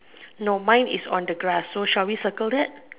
no mine is on the grass so shall we circle that